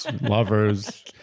lovers